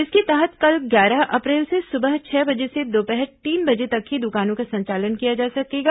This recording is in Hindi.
इसके तहत कल ग्यारह अप्रैल से सुबह छह बजे से दोपहर तीन बजे तक ही दुकानों का संचालन किया जा सकेगा